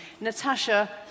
Natasha